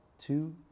two